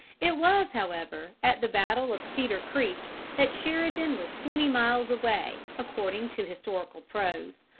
it was, however, at the battle of cedar creek that sheridan was twenty miles away, according to historical prose.